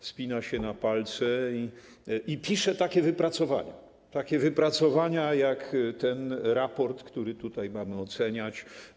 Wspina się na palce i pisze takie wypracowania, takie wypracowania jak ten raport, który tutaj mamy oceniać.